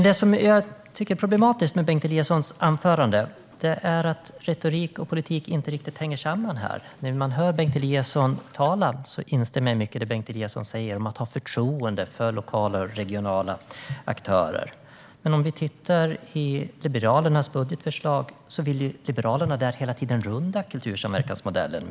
Det jag tycker är problematiskt med Bengt Eliassons anförande är att retorik och politik inte riktigt hänger samman. Jag instämmer i mycket av det Bengt Eliasson säger om att ha förtroende för lokala och regionala aktörer, men om vi tittar i Liberalernas budgetförslag ser vi ju att Liberalerna hela tiden vill runda kultursamverkansmodellen.